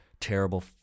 terrible